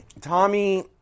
Tommy